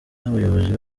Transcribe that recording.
n’abayobozi